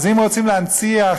אז אם רוצים להנציח,